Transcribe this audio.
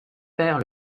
perd